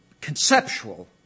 conceptual